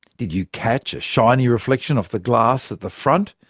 did you catch a shiny reflection off the glass at the front,